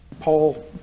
Paul